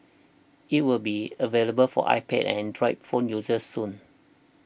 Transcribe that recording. it will be available for iPad and Android phone users soon